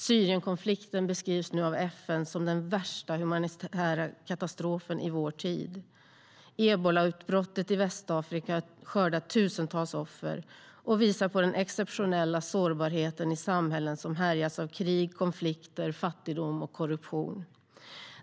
Syrienkonflikten beskrivs nu av FN som den värsta humanitära katastrofen i vår tid. Ebolautbrottet i Västafrika skördar tusentals offer och visar på den exceptionella sårbarheten i samhällen som härjas av krig, konflikter, fattigdom och korruption.